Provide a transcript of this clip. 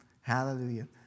Hallelujah